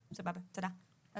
אז